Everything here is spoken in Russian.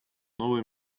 новый